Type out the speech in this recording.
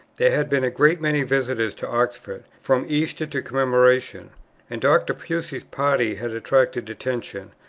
there had been a great many visitors to oxford from easter to commemoration and dr. pusey's party had attracted attention,